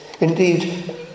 Indeed